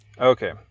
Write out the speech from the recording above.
okay